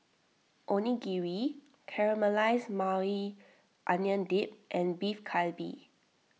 Onigiri Caramelized Maui Onion Dip and Beef Galbi